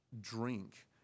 drink